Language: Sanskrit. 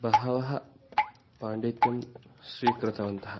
बहवः पाण्डित्यं स्वीकृतवन्तः